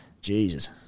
Jesus